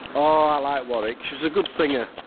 ohhh, i like warwick. she's a good singer.